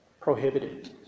prohibited